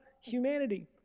humanity